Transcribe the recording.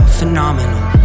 phenomenal